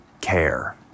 care